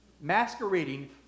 masquerading